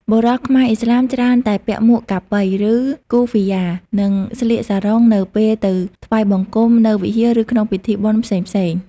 បុរសខ្មែរឥស្លាមច្រើនតែពាក់មួក "កាប៉ី" ឬ "គូហ្វ៊ីយ៉ា" និងស្លៀកសារុងនៅពេលទៅថ្វាយបង្គំនៅវិហារ ឬក្នុងពិធីបុណ្យផ្សេងៗ។